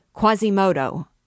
Quasimodo